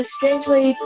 Strangely